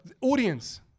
audience